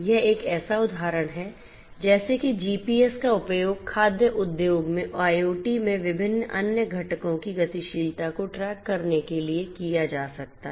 यह एक ऐसा उदाहरण है जैसे कि इस GPS का उपयोग खाद्य उद्योग में IoT में विभिन्न अन्य घटकों की गति गतिशीलता को ट्रैक करने के लिए किया जा सकता है